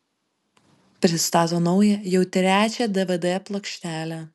pristato naują jau trečią dvd plokštelę